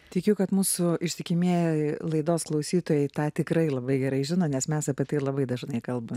tikiu kad mūsų ištikimieji laidos klausytojai tą tikrai labai gerai žino nes mes apie tai labai dažnai kalba